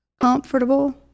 comfortable